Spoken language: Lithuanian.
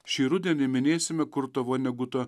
šį rudenį minėsime kurto voneguto